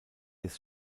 des